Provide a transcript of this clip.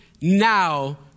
now